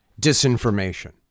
disinformation